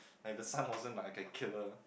like the sun wasn't like a killer